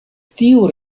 tiu